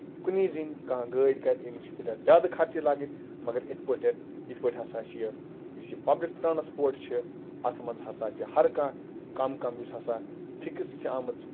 کُنی زٔنۍ کانہہ گٲڑۍ کرِ أمِس چھِ تیٚلہِ چھُ اَتھ زیادٕ خرچہٕ لاگٕنۍ مَگر یِتھ پٲٹھۍ یِتھ پٲٹھۍ ہسا چھِ یہِ یہِ چھُ پَبلِک ٹرانَسپورٹ چھ یہِ اَتھ منٛز ہسا چھُ ہَر کانہہ کَم کَم یُس ہسا فِکٔس چھ آمٕژ